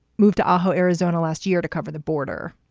moved to aho, arizona, last year to cover the border.